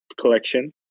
collection